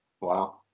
Wow